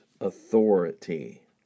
authority